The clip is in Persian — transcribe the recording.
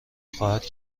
خواهد